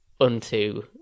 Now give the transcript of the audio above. unto